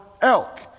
elk